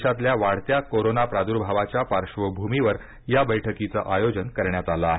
देशातल्या वाढत्या कोरोना प्रादुर्भावाच्या पार्श्वभूमीवर या बैठकीचं आयोजन करण्यात आलं आहे